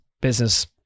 business